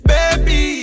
Baby